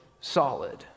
solid